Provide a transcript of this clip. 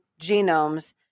genomes